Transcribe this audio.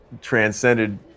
transcended